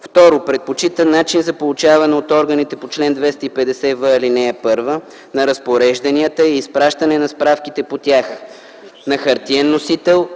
2; 2. предпочитан начин за получаване от органите по чл. 250в, ал. 1 на разпорежданията и изпращане на справките по тях